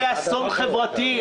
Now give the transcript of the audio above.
יהיה אסון חברתי,